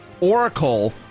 Oracle